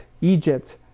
Egypt